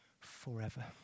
forever